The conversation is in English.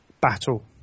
battle